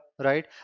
right